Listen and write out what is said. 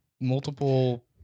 multiple